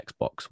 Xbox